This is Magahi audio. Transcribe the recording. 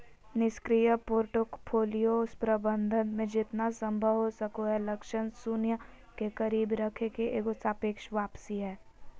निष्क्रिय पोर्टफोलियो प्रबंधन मे जेतना संभव हो सको हय लक्ष्य शून्य के करीब रखे के एगो सापेक्ष वापसी हय